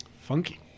Funky